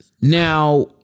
Now